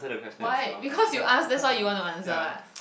why because you ask that's you want to answer ah